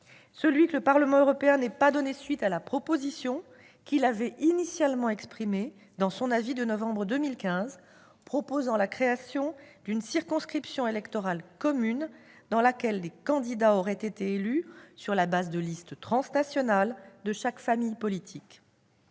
celui que le Parlement européen n'ait pas donné suite à la proposition qu'il avait initialement exprimée dans son avis du mois de novembre 2015, proposant la création d'une « circonscription électorale commune » dans laquelle les candidats auraient été élus sur la base de listes transnationales de chaque famille politique.